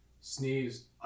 sneezed